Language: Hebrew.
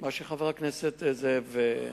מה שחבר הכנסת זאב מציע.